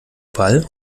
ball